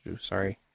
Sorry